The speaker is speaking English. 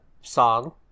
song